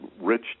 rich